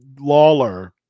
Lawler